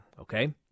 okay